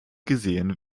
gesehen